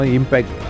impact